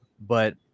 but-